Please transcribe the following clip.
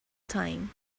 time